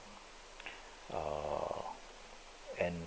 uh and